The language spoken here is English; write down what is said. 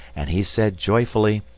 and he said joyfully,